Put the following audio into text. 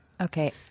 Okay